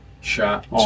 shot